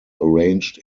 arranged